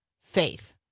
faith